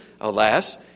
alas